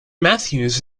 matthews